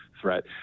threat